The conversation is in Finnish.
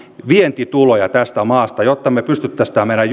vientituloja tästä maasta jotta me pystyisimme tämän meidän